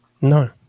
No